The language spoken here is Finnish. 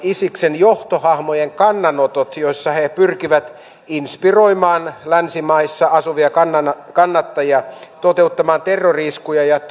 isiksen johtohahmojen kannanotot joissa he he pyrkivät inspiroimaan länsimaissa asuvia kannattajia toteuttamaan terrori iskuja ja